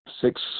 six